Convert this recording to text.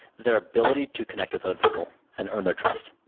their ability to connect with other people and earn their trust.